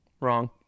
Wrong